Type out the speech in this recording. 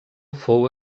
fou